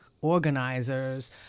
organizers